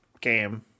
game